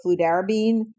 fludarabine